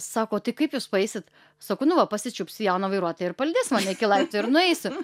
sako o tai kaip jūs paeisit sakau nu va pasičiupsiu jauną vairuotoją ir palydės mane iki laiptų ir nueisiu